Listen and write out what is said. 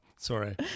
Sorry